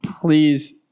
please